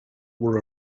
were